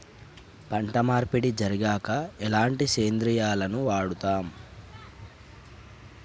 పంట మార్పిడి జరిగాక ఎలాంటి సేంద్రియాలను వాడుతం?